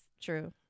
true